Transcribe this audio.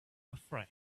afraid